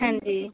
ਹਾਂਜੀ